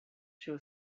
show